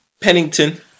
Pennington